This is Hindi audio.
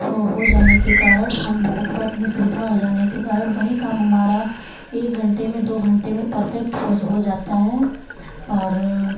हो हो जाने के कारण हम लोगों के पास इतनी सुविधा हो जाने के कारण वही काम हमारा एक घंटे में दो घंटे में परफ़ेक्ट होज हो जाता है और